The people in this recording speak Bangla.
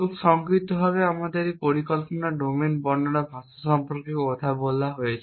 খুব সংক্ষিপ্তভাবে আমাদের এই পরিকল্পনার ডোমেন বর্ণনা ভাষা সম্পর্কে কথা বলা হয়েছে